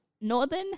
northern